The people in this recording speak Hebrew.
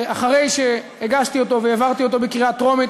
אחרי שהגשתי אותו והעברתי אותו בקריאה טרומית,